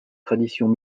traditions